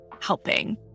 helping